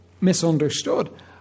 misunderstood